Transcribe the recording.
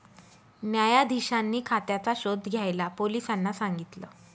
न्यायाधीशांनी खात्याचा शोध घ्यायला पोलिसांना सांगितल